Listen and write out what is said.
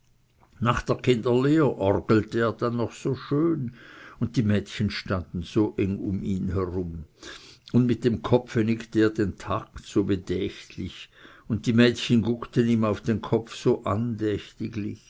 nach der kinderlehr orgelte er dann noch so schön und die mädchen standen so eng um ihn herum und mit dem kopfe nickte er den takt so bedächtlich und die mädchen guckten ihm auf den kopf so